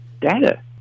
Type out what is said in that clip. data